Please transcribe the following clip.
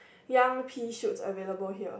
young Pea shoots available here